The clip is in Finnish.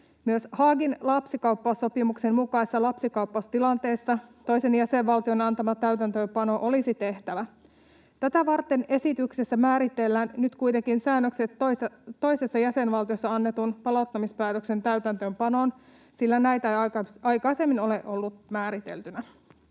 Myös Haagin lapsikaappaussopimuksen tarkoittamassa lapsikaappaustilanteessa toisen jäsenvaltion antama täytäntöönpano olisi tehtävä. Tätä varten esityksessä määritellään nyt kuitenkin säännökset toisessa jäsenvaltiossa annetun palauttamispäätöksen täytäntöönpanoon, sillä näitä ei aikaisemmin ole ollut määriteltynä.